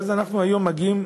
היום אנחנו שוב מגיעים,